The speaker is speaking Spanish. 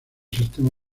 sistema